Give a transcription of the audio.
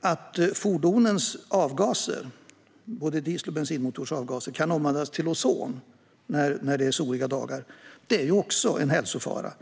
Att fordonens avgaser - både diesel och bensinmotorers avgaser - kan omvandlas till ozon när det är soliga dagar är också en hälsofara.